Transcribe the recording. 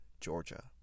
Georgia